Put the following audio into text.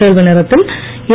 கேள்வி நேரத்தில் என்